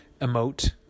emote